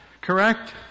correct